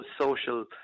social